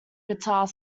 guitar